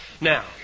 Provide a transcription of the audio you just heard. Now